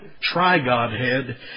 tri-Godhead